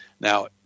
Now